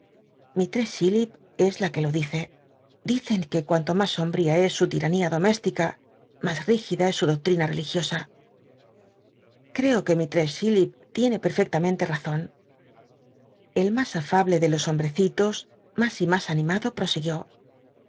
mistress chillip es la que lo dice dicen r uc cuanto mas sombi ía es su timnía doméstica mas rígida es su doctdna religiosa creo juc mistress chillip tiene perfcclamentc razon el mas a fablc de los hom brecitos mas y mas animado prosiguió